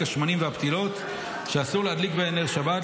השמנים והפתילות שאסור להדליק בהן נר שבת,